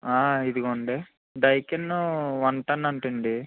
ఇదీగొండి Daikin one ton అంటండి